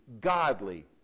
godly